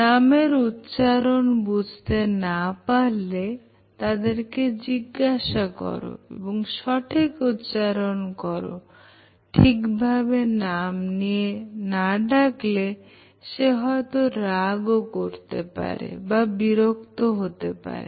নামের উচ্চারণ বুঝতে না পারলে তাদেরকে জিজ্ঞাসা কর এবং সঠিক উচ্চারণ করো ঠিকভাবে নাম নিয়ে না ডাকলে সে হয়তো রাগ করতে পারে বা বিরক্তিবোধ করতে পারে